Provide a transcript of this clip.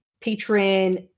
patron